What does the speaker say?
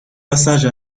passage